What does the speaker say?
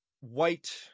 white